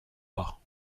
pas